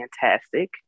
fantastic